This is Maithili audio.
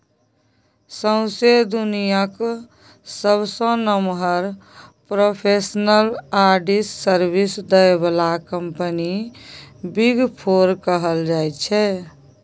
सौंसे दुनियाँक सबसँ नमहर प्रोफेसनल आडिट सर्विस दय बला कंपनी बिग फोर कहल जाइ छै